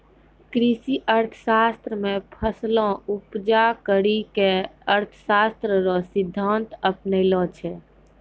कृषि अर्थशास्त्र मे फसलो उपजा करी के अर्थशास्त्र रो सिद्धान्त अपनैलो छै